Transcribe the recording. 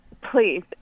Please